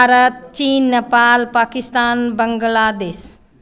भारत चीन नेपाल पाकिस्तान बंगलादेश